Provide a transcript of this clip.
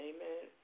Amen